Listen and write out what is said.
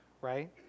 right